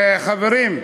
חברים,